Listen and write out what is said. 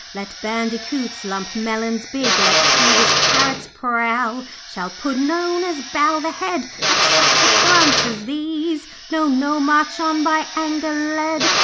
let bandicoots lump melons big, let peevish parrots prowl. shall puddin'-owners bow the head at such affronts as these? no, no! march on, by anger led,